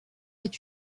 est